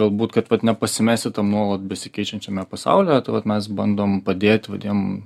galbūt kad vat nepasimesti tam nuolat besikeičiančiame pasaulyje tai vat mes bandom padėt va tiem